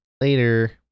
Later